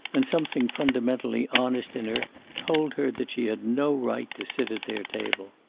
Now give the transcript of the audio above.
and something fundamentally honest in her told her that she had no right to sit at their table.